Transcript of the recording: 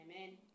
Amen